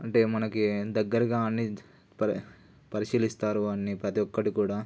అంటే మనకి దగ్గరగా అన్ని పరి పరిశీలిస్తారు అన్నీ ప్రతీ ఒక్కటి కూడా